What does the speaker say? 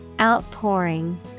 Outpouring